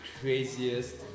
craziest